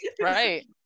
right